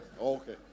Okay